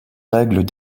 règles